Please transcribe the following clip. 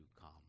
come